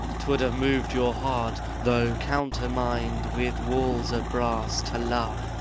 twould have mov'd your heart, though countermin'd with walls of brass, to love,